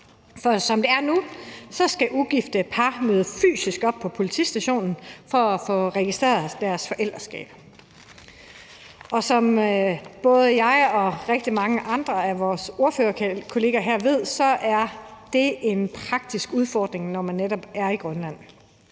For som det er nu, skal ugifte par møde fysisk op på politistationen for at få registreret deres forældreskab. Som både jeg og rigtig mange andre af vores ordførerkollegaer her ved, så er det en praktisk udfordring, når man netop er i Grønland.